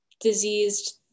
diseased